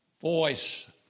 voice